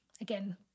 again